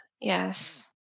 Yes